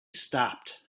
stopped